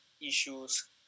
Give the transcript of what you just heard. issues